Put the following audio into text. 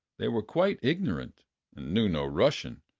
they were quite ignorant, and knew no russian,